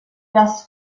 das